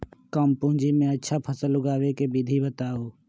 कम पूंजी में अच्छा फसल उगाबे के विधि बताउ?